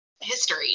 history